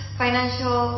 financial